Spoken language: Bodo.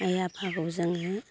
आइ आफाखौ जोङो